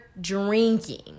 drinking